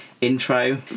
intro